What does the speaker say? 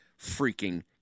freaking